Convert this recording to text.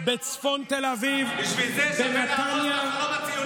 בצפון תל אביב, בשביל זה שווה להרוס את המדינה?